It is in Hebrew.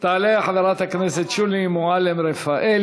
תעלה חברת הכנסת שולי מועלם-רפאלי,